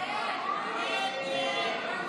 הסתייגות 769 לא